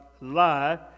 lie